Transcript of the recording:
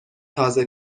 تازه